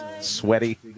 sweaty